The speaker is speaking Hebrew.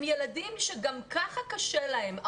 הם ילדים שגם ככה קשה להם.